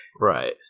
Right